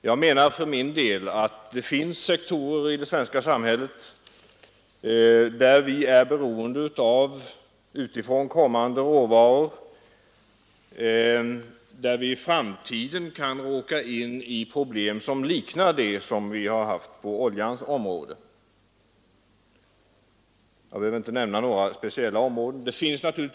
Jag menar för min del att det finns sektorer i det svenska samhället där vi är beroende av utifrån kommande råvaror och där vi i framtiden kan råka ut för problem som liknar dem som vi har haft på oljans område. Jag behöver inte nämna några speciella sådana sektorer.